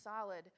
solid